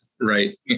right